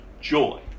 Joy